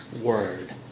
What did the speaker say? word